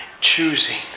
choosing